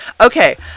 Okay